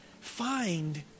Find